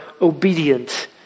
obedient